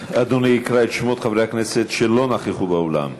אדוני יקרא את שמות חברי הכנסת שלא נכחו באולם.